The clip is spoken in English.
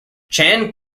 chan